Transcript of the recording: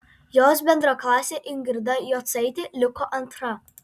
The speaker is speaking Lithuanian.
jos bendraklasė ingrida jocaitė liko antra